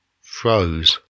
froze